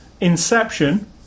Inception